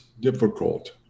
difficult